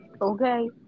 Okay